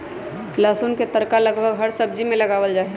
लहसुन के तड़का लगभग हर सब्जी में लगावल जाहई